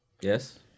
Yes